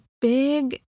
big